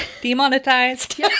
demonetized